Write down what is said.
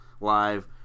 live